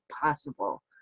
possible